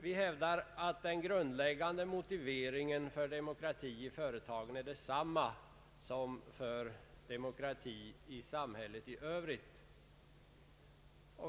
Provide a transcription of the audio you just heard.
Vi hävdar att den grundläggande motiveringen för demokrati i företagen är densamma som för demokrati i samhället i övrigt.